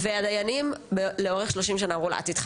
מותר אפילו לאנוס, את אומרת.